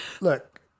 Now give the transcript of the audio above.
Look